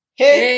hey